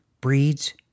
breeds